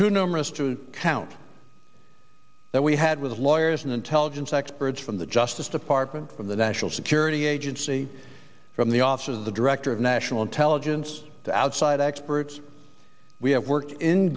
too numerous to count that we had with lawyers and intelligence experts from the justice department from the national security agency from the office of the director of national intelligence to outside experts we have worked in